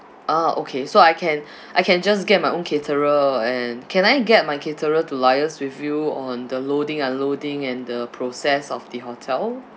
ah okay so I can I can just get my own caterer and can I get my caterer to liaise with you on the loading unloading and the process of the hotel